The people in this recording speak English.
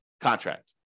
contract